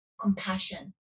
compassion